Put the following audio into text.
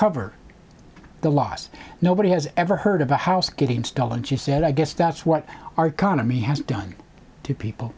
cover the loss nobody has ever heard of a house getting stolen she said i guess that's what our economy has done to people